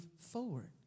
forward